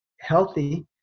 healthy